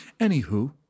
Anywho